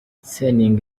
seninga